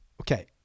Okay